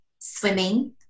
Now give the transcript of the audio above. swimming